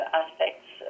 aspects